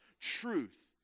truth